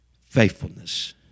Faithfulness